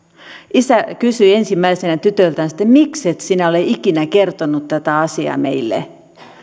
isä kysyi ensimmäisenä tytöltänsä että mikset sinä ole ikinä kertonut tätä asiaa meille